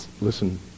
Listen